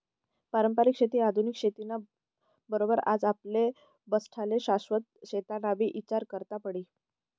पारंपरिक शेती आधुनिक शेती ना बरोबर आज आपले बठ्ठास्ले शाश्वत शेतीनाबी ईचार करना पडी